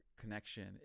connection